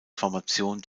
formation